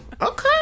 Okay